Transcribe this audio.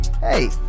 hey